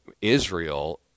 Israel